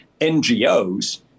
NGOs